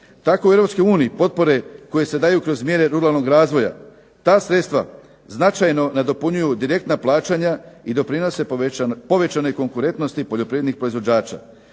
uniji potpore koje se daju kroz mjere ruralnog razvoja ta sredstva značajno nadopunjuju direktna plaćanja i doprinose povećanoj konkurentnosti poljoprivrednih proizvođača.